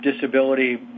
disability